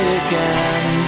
again